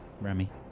Remy